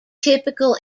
typical